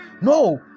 No